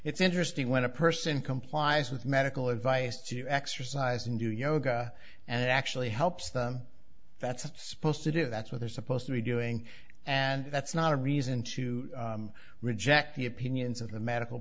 it's interesting when a person complies with medical advice to exercise and do yoga and actually helps them that's supposed to do that's what they're supposed to be doing and that's not a reason to reject the opinions of the medical